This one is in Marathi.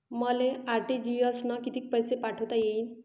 मले आर.टी.जी.एस न कितीक पैसे पाठवता येईन?